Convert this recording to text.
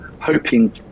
hoping